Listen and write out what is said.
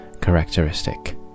characteristic